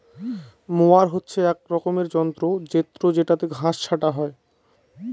mower হচ্ছে এক রকমের যন্ত্র জেত্রযেটাতে ঘাস ছাটা হয়